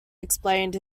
explained